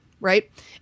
right